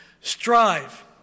Strive